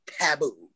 Taboo